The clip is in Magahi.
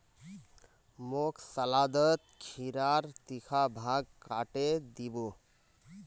मोक सलादत खीरार तीखा भाग काटे दी बो